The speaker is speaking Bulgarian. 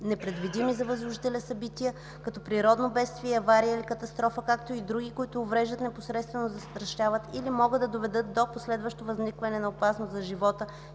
непредвидими за възложителя събития, като природно бедствие, авария или катастрофа, както и други, които увреждат, непосредствено застрашават или могат да доведат до последващо възникване на опасност за живота